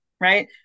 right